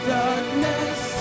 darkness